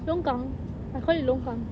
longkang I call it longkang